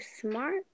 Smart